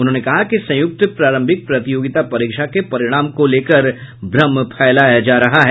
उन्होंने कहा कि संयुक्त प्रारंभिक प्रतियोगिता परीक्षा के परिणाम को लेकर भ्रम फैलाया जा रहा है